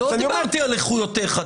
לא דיברתי על איכויותייך,